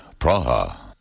Praha